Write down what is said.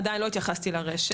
עדיין לא התייחסתי לרשת.